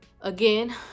again